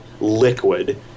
liquid